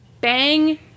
bang